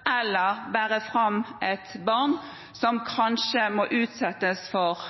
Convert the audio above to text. eller om de vil bære fram et barn som kanskje må utsettes for